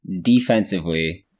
defensively